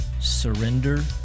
surrender